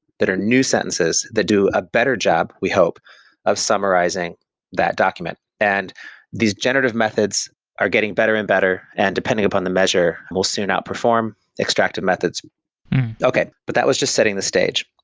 that are new sentences that do a better job we hope of summarizing that document. and these generative methods are getting better and better and depending upon the measure will soon outperform extracted methods okay, but that was just setting the stage.